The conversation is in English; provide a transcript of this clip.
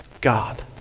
God